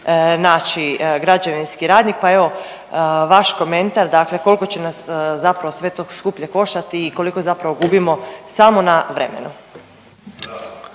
naći građevinski radnik, pa evo, vaš komentar, dakle koliko će nas zapravo sve to skuplje koštati i koliko zapravo gubimo samo na vremenu?